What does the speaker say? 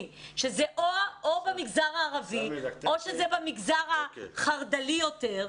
או במגזר הערבי או שזה במגזר החרדלי יותר.